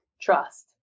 trust